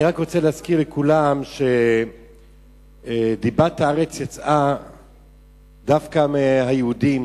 אני רוצה להזכיר לכולם שדיבת הארץ יצאה דווקא מהיהודים,